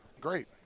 great